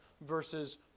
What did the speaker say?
versus